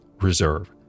reserve